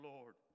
Lord